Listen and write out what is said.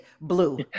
blue